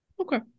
Okay